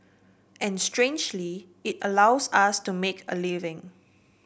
and strangely it allows us to make a living